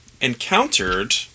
encountered